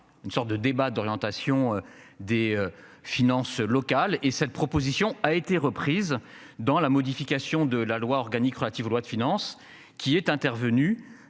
une sorte de débat d'orientation des finances locales et cette proposition a été reprise dans la modification de la loi organique relative aux lois de finances qui est intervenu